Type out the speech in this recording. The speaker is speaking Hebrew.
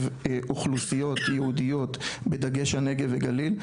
אוכלוסיות ייעודיות בדגש על נגב וגליל,